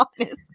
honest